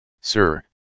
Sir